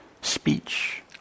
speech